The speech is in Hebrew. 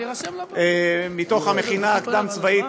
מתוך המכינה הקדם-צבאית,